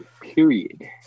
Period